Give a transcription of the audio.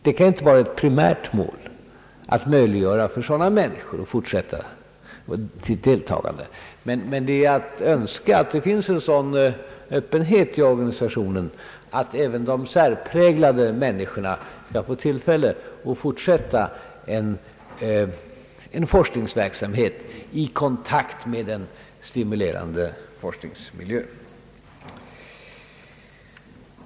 Det kan inte vara ett primärt mål att möjliggöra för sådana människor att fortsätta sitt deltagande, men det är att önska att det finns en sådan öppenhet i organisationen att även de särpräglade människorna skall få tillfälle att fortsätta en forskningsverksamhet i kontakt med den stimulerande forskningsmiljön.